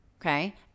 okay